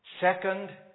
second